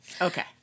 Okay